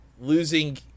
losing